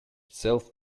itself